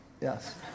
Yes